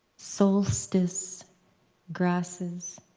solstice grasses,